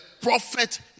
prophet